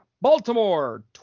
Baltimore